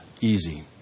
easy